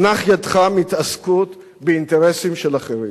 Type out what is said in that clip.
הנח ידך מהתעסקות באינטרסים של אחרים.